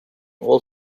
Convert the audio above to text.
all